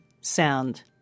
sound